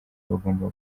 bagomba